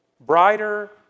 Brighter